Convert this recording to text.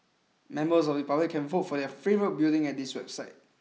members of the public can vote for their favourite building at this website